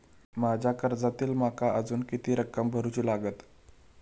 माझ्या कर्जातली माका अजून किती रक्कम भरुची लागात?